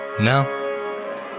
No